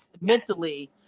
mentally